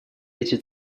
эти